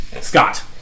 Scott